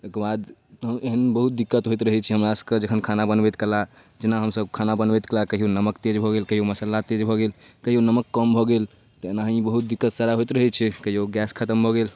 ओकर बाद ए एहन बहुत दिक्कत होइत रहै छै हमरासभके जखन खाना बनबैतकाल जेना हमसभ खाना बनबैतकाल कहिओ नमक तेज भऽ गेल कहिओ मसल्ला तेज भऽ गेल कहिओ नमक कम भऽ गेल तऽ एनाहि बहुत दिक्कत सारा होइत रहै छै कहिओ गैस खतम भऽ गेल